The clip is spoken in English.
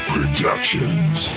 Productions